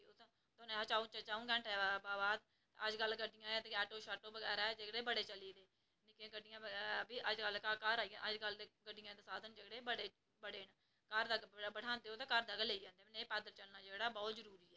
ते च'ऊ घैंटें दे बाद अज्जकल ते ऑटो बगैरा जेह्कड़े बड़े चली पेदे ते अज्जकल ते गड्डियें दे साधन जेह्कड़े बड़े न घर तगर बैठांदे न ते घर तगर लेई जंदे ते अज्जकल पैदल चलना जेह्कड़ा ओह् बहोत जरूरी ऐ